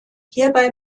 hierbei